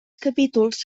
capítols